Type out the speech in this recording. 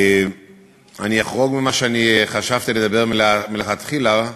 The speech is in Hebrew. אני אחרוג ממה שחשבתי לומר מלכתחילה,